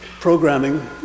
programming